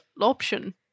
option